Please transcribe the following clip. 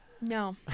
No